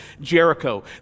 Jericho